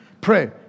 Pray